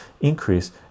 increase